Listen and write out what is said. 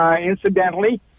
incidentally